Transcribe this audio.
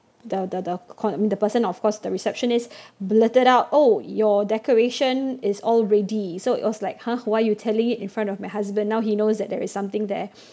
the the the con~ I mean the person of course the receptionist blurted out oh your decoration is all already so it was like !huh! why you telling it in front of my husband now he knows that there is something there